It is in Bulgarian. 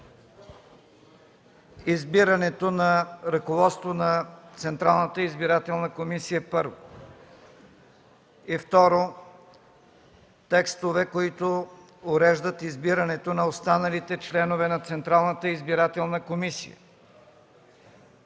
избирането на ръководство на Централната избирателна комисия – първо. Второ, текстове, които уреждат избирането на останалите членове на Централната избирателна комисия,